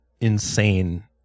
insane